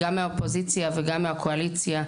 גם מהאופוזיציה וגם מהקואליציה,